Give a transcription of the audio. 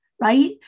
right